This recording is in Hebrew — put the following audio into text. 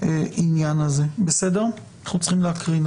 אנחנו צריכים להקריא.